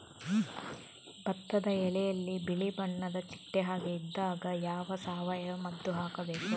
ಭತ್ತದ ಎಲೆಯಲ್ಲಿ ಬಿಳಿ ಬಣ್ಣದ ಚಿಟ್ಟೆ ಹಾಗೆ ಇದ್ದಾಗ ಯಾವ ಸಾವಯವ ಮದ್ದು ಹಾಕಬೇಕು?